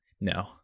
No